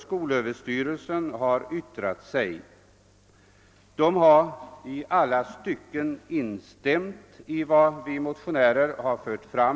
Skolöverstyrelsen har yttrat sig över motionen och i alla stycken instämt i vad vi motionärer fört fram.